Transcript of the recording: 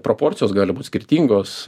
proporcijos gali būt skirtingos